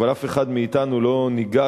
אבל אף אחד מאתנו לא ניגש